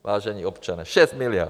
Vážení občané, 6 miliard!